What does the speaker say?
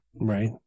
Right